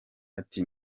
ati